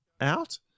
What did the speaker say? Out